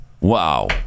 Wow